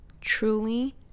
truly